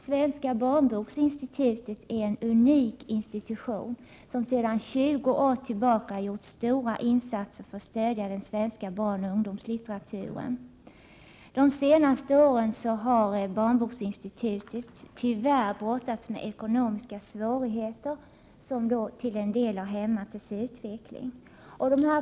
Svenska barnboksinstitutet är en unik institution som sedan 20 år tillbaka gjort stora insatser för att stödja den svenska barnoch ungdomslitteraturen. De senaste åren har Barnboksinstitutet tyvärr brottats med ekonomiska svårigheter som till en del har hämmat dess utveckling.